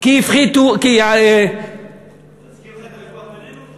כי הפחיתו, להזכיר לך את הוויכוח בינינו?